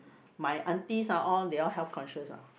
my aunties are all they all health conscious ah